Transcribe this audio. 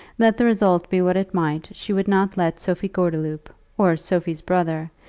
let the result be what it might, she would not let sophie gordeloup, or sophie's brother,